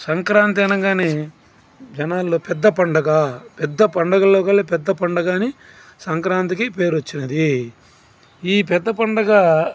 సంక్రాంతి అనగానే జనాల్లో పెద్ద పండగ పెద్ద పండుగల్లో కూడా పెద్ద పండగ అని సంక్రాంతికి పేరు వచ్చినది ఈ పెద్ద పండగ